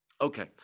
Okay